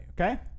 okay